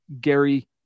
Gary